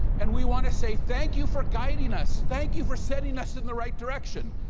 and we wanna say thank you for guiding us, thank you for setting us in the right direction.